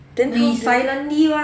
then how y~